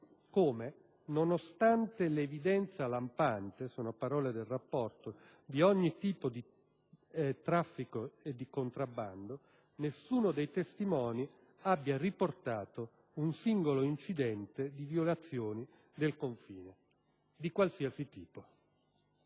come, nonostante l'evidenza lampante di ogni tipo di traffico e di contrabbando, nessuno dei testimoni abbia riportato un singolo incidente di violazione del confine, di qualsiasi tipo.